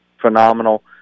phenomenal